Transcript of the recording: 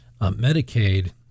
Medicaid